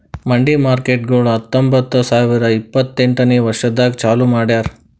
ಮಂಡಿ ಮಾರ್ಕೇಟ್ಗೊಳ್ ಹತೊಂಬತ್ತ ಸಾವಿರ ಇಪ್ಪತ್ತು ಎಂಟನೇ ವರ್ಷದಾಗ್ ಚಾಲೂ ಮಾಡ್ಯಾರ್